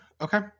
Okay